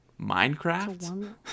Minecraft